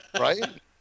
Right